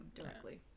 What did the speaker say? directly